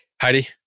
Heidi